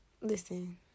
listen